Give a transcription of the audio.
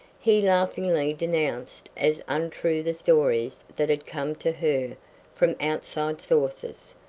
he laughingly denounced as untrue the stories that had come to her from outside sources.